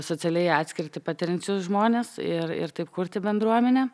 socialiai atskirtį patiriančius žmones ir ir taip kurti bendruomenę